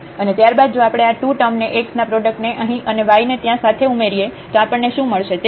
અને ત્યારબાદ જો આપણે આ 2 ટર્મ ને x ના પ્રોડક્ટ ને અહીં અને y ને ત્યાં સાથે ઉમેરીએ તો આપણને શું મળશે